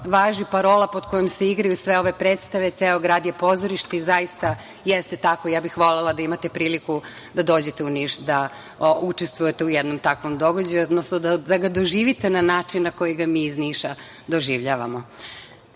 važi parola pod kojom se igraju sve ove predstave, ceo grad je pozorište i zaista jeste tako. Ja bih volela da imate priliku da dođete u Niš da učestvujete u jednom takvom događaju, odnosno da ga doživite na način na koji ga mi iz Niša doživljavamo. Iako